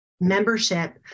membership